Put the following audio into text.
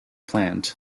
plant